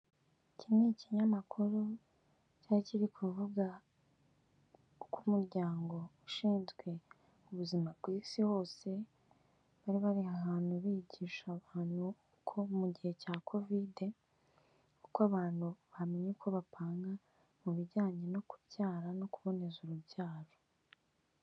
Iki ni ikinyamakuru cyari kiri kuvuga k'umuryango ushinzwe ubuzima ku isi hose, bari bari ahantu bigisha abantu ko mu gihe cya Covid uko abantu bamenye uko bapanga mu bijyanye no kubyara no kuboneza urubyaro.